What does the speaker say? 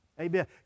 Amen